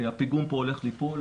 הפיגום פה הולך ליפול.